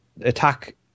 attack